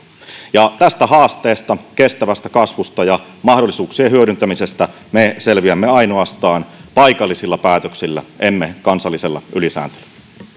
tästä haasteesta kestävästä kasvusta ja mahdollisuuksien hyödyntämisestä me selviämme ainoastaan paikallisilla päätöksillä emme kansallisella ylisääntelyllä